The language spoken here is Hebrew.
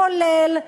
כולל,